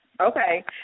Okay